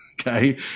okay